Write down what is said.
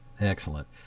Excellent